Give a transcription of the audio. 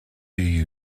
you